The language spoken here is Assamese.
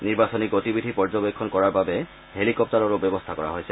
নিৰ্বাচনী গতি বিধি পৰ্যবেক্ষণ কৰাৰ বাবে হেলিকপ্তাৰৰো ব্যৱস্থা কৰা হৈছে